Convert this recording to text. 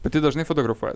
pati dažnai fotografuojat